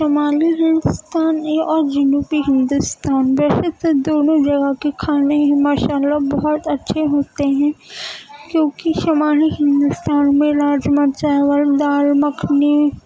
شمالی ہندوستان یا اور جنوبی ہندوستان ویسے تو دونوں جگہ کے کھانے ہی ماشاء اللہ بہت اچھے ہوتے ہیں کیونکہ شمالی ہندوستان میں راجما چاول دال مکھنی